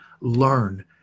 learn